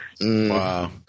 Wow